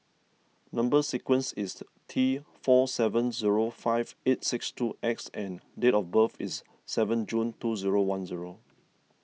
Number Sequence is T four seven zero five eight six two X and date of birth is seven June two zero one zero